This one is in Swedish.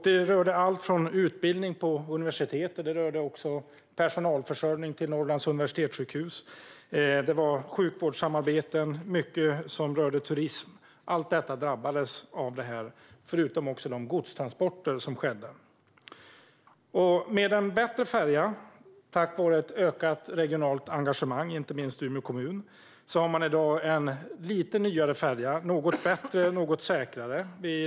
Det rörde utbildning på universitetet, personalförsörjning till Norrlands universitetssjukhus, sjukvårdssamarbeten och turism. Allt detta drabbades - förutom också godstransporterna. Tack vare ett ökat regionalt engagemang, inte minst från Umeå kommun, finns i dag en lite nyare, något bättre och säkrare färja.